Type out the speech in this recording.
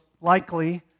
likely